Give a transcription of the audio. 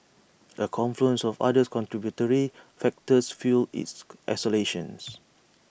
A confluence of other contributory factors fuelled its escalation